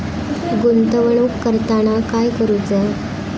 गुंतवणूक करताना काय करुचा?